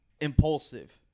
impulsive